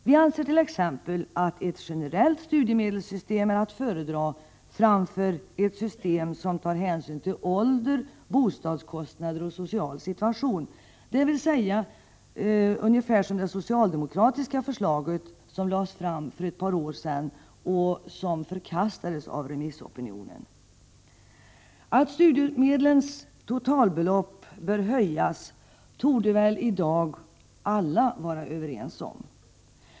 Vi anser t.ex. att ett generellt studiemedelssystem är att föredra framför ett system som tar hänsyn till ålder, bostadskostnader och social situation — dvs. ungefär som det socialdemokratiska förslag som lades fram för ett par år sedan och som förkastades av remissopinionen. Att totalbeloppet för studiemedlen bör höjas torde alla i dag vara överens om.